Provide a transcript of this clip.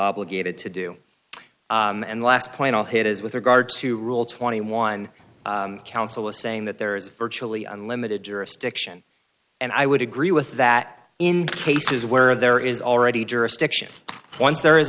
obligated to do and last point i'll hit is with regard to rule twenty one counsel is saying that there is virtually unlimited jurisdiction and i would agree with that in cases where there is already jurisdiction once there is